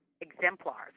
exemplars